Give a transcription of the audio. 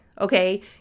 Okay